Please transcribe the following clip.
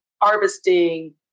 harvesting